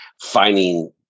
finding